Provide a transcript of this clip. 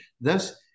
thus